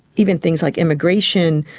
even things like immigration,